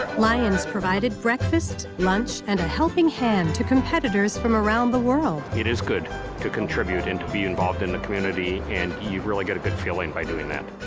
lions provided breakfast, lunch, and a helping hand to competitors from around the world. it is good to contribute and to be involved in the community, and you really get a good feeling by doing that.